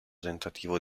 tentativo